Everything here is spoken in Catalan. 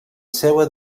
seua